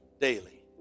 daily